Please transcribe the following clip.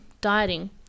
dieting